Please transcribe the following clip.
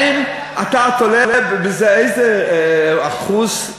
האם אתה תולה בזה איזה אחוז,